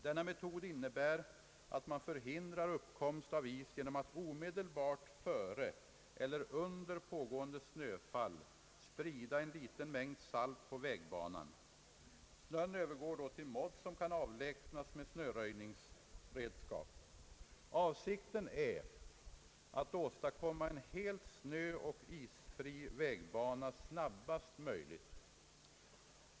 Denna metod innebär att man förhindrar uppkomst av is genom att omedelbart före eller under pågående snöfall sprida en liten mängd salt på vägbanan. Snön övergår då till modd som kan avlägsnas med snöröjningsredskap. Avsikten är att åstadkomma en helt snöoch isfri vägbana snabbast möjligt.